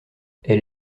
elle